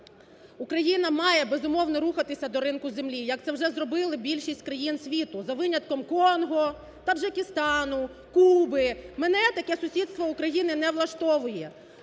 Україна має, безумовно, рухатися до ринку землі, як це вже зробили більшість країн світу за винятком Конго, Таджикистану, Куби, мене таке сусідство України не влаштовує.